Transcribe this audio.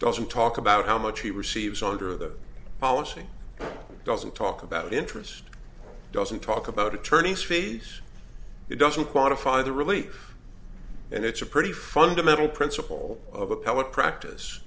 doesn't talk about how much he receives under the policy doesn't talk about interest doesn't talk about attorney's fees it doesn't qualify the relief and it's a pretty fundamental principle of appellate practice